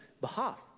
behalf